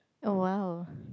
oh !wow!